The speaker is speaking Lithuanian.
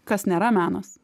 kas nėra menas